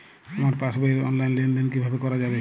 আমার পাসবই র অনলাইন লেনদেন কিভাবে করা যাবে?